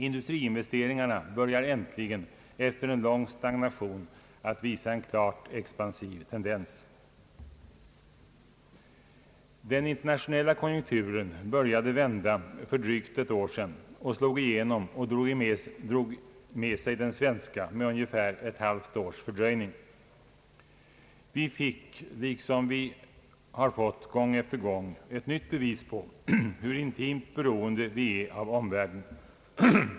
Industriinvesteringarna börjar äntligen, efter en lång stagnation, visa en klart expansiv tendens. Den internationella konjunkturen började vända för drygt ett år sedan. Den slog igenom och drog med sig den svenska med ungefär ett halvt års fördröjning. Vi fick, liksom vi har fått gång efter gång, ett nytt bevis på hur intimt beroende vi är av omvärlden.